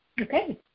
Okay